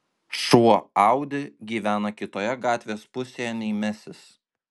šuo audi gyvena kitoje gatvės pusėje nei mesis